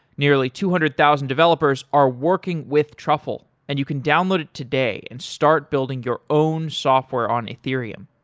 nearly two hundred thousand developers are working with truffle and you can download it today and start building your own software on ethereum.